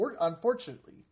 unfortunately